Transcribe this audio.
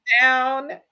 down